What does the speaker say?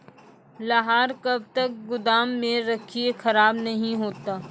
लहार कब तक गुदाम मे रखिए खराब नहीं होता?